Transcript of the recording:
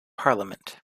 parliament